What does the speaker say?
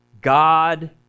God